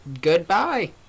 Goodbye